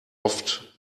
oft